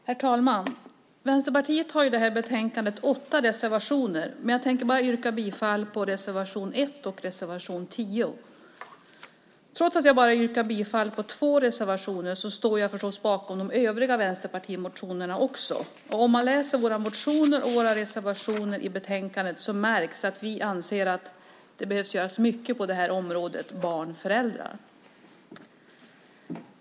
Herr talman! Vänsterpartiet har åtta reservationer i det här betänkandet, men jag tänker yrka bifall enbart till reservation 1 och reservation 10. Trots att jag bara yrkar bifall till två reservationer står jag naturligtvis bakom även de övriga vänsterreservationerna. Om man läser våra motioner och reservationer i betänkandet märker man att vi anser att det behöver göras mycket på området barn och föräldrar.